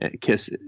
kiss